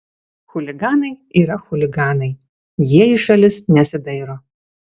chuliganai yra chuliganai jie į šalis nesidairo